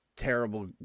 Terrible